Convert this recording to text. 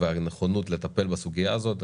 ועל נכונות לטפל בסוגיה הזאת.